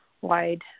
wide